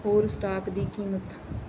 ਹੋਰ ਸਟਾਕ ਦੀ ਕੀਮਤ